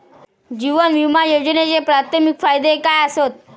जीवन विमा योजनेचे प्राथमिक फायदे काय आसत?